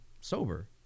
sober